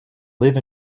live